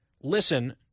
Listen